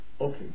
okay